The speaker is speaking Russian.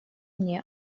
мне